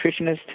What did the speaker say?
nutritionist